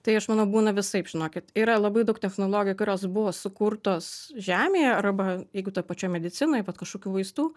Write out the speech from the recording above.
tai aš manau būna visaip žinokit yra labai daug technologijų kurios buvo sukurtos žemėje arba jeigu toj pačioj medicinoj vat kažkokių vaistų